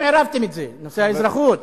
אתם עירבתם את זה, נושא האזרחות, יהדות.